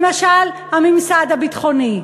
למשל הממסד הביטחוני.